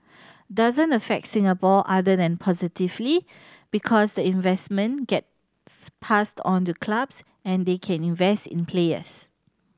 doesn't affect Singapore other than positively because the investment gets passed on the clubs and they can invest in players